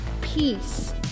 peace